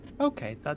Okay